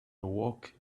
awoke